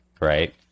right